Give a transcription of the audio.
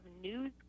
news